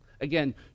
Again